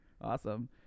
Awesome